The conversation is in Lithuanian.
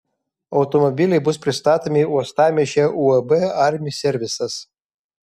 automobiliai bus pristatomi uostamiesčio uab armi servisas